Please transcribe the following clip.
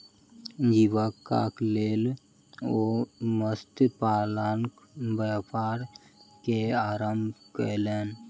जीवीकाक लेल ओ मत्स्य पालनक व्यापार के आरम्भ केलैन